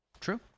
true